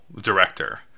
director